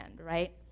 right